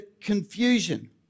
confusion